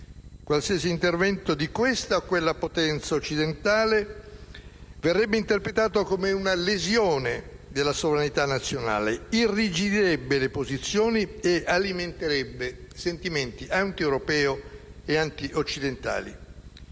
qualsiasi intervento di questa o quella potenza occidentale verrebbe interpretato come una lesione della sovranità nazionale, irrigidirebbe le posizioni e alimenterebbe sentimenti antieuropei e antioccidentali.